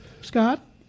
Scott